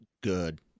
good